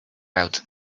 out